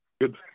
Good